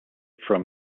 from